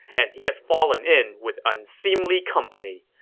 and he has fallen in with unseemly company.